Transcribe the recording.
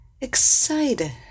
excited